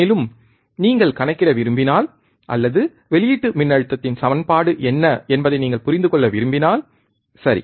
மேலும் நீங்கள் கணக்கிட விரும்பினால் அல்லது வெளியீட்டு மின்னழுத்தத்தின் சமன்பாடு என்ன என்பதை நீங்கள் புரிந்து கொள்ள விரும்பினால் சரி